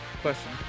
Question